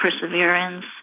perseverance